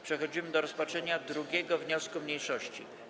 Przechodzimy do rozpatrzenia 2. wniosku mniejszości.